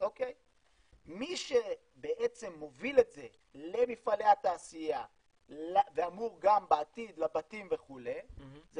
מי שבעצם מוביל את זה למפעלי התעשייה ואמור גם בעתיד לבתים וכו' זה